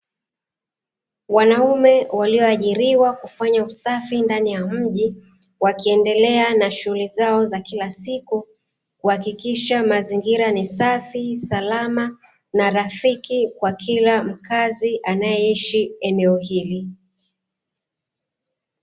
Wanaume waliojiriwa kufanya usafi ndani ya mji wakiendelea na shughuli zao za kila siku kuhakikisha mazingira ni safi, salama na rafiki kwa kila mkazi anayeishi eneo hili.